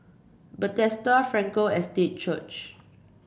Bethesda Frankel Estate Church